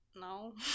no